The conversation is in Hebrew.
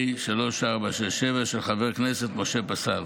של חבר הכנסת משה פסל.